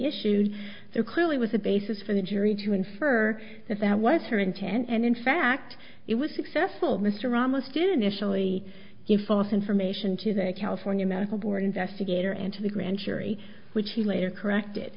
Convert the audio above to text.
issued there clearly was a basis for the jury to infer that that was her intent and in fact it was successful mr ramos to initially give false information to the california medical board investigator and to the grand jury which he later corrected